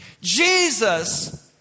Jesus